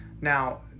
Now